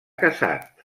casat